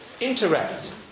interact